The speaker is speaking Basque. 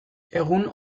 egun